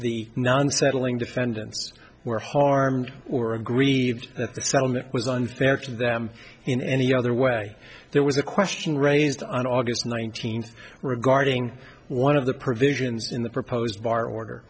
the non settling defendants were harmed or agreed that the settlement was unfair to them in any other way there was a question raised on august nineteenth regarding one of the provisions in the proposed bar order